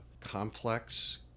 complex